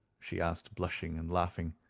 she asked, blushing and laughing.